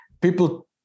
People